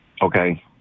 Okay